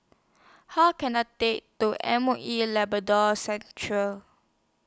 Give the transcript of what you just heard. How Can I Take to M O E Labrador Central